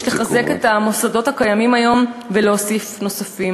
יש לחזק את המוסדות הקיימים היום ולהקים נוספים.